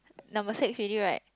number six already right